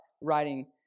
writing